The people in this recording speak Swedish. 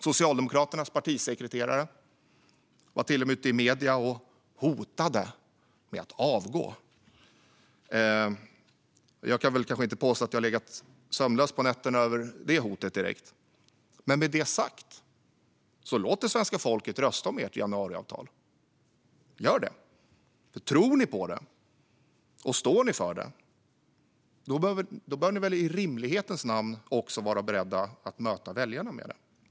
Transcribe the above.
Socialdemokraternas partisekreterare var till och med ute i medierna och hotade med att avgå. Jag kan inte påstå att jag direkt har legat sömnlös på nätterna över detta hot, men med det sagt: Låt svenska folket rösta om ert januariavtal! Gör det! Tror ni på det och står för det bör ni i rimlighetens namn också vara beredda att möta väljarna med det.